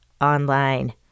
online